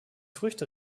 früchte